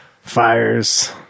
Fires